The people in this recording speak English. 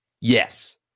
Yes